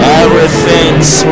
everything's